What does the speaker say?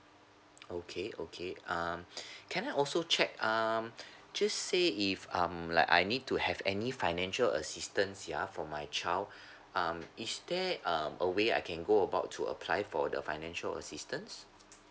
okay okay um can I also check um just say if um like I need to have any financial assistance ya for my child um is there um a way I can go about to apply for the financial assistance